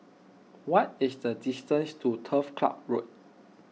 what is the distance to Turf Ciub Road